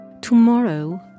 Tomorrow